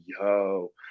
yo